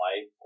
life